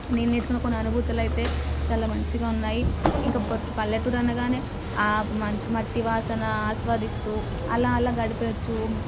నేను నేర్చుకున్న కొన్ని అనుభూతులు అయితే చాలా మంచిగా ఉన్నాయి ఇంకా పల్లెటూరు అనగానే ఆ మట్టి వాసన ఆస్వాదిస్తూ అలా అలా గడిపేయొచ్చు